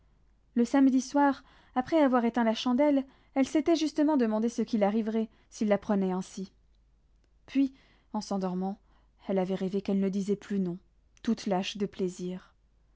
le samedi soir après avoir éteint la chandelle elle s'était justement demandé ce qu'il arriverait s'il la prenait ainsi puis en s'endormant elle avait rêvé qu'elle ne disait plus non toute lâche de plaisir